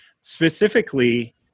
specifically